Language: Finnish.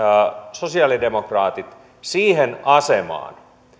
sosiaalidemokraatit siihen asemaan